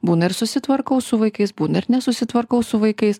būna ir susitvarkau su vaikais būna ir nesusitvarkau su vaikais